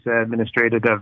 administrative